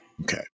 Okay